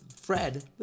Fred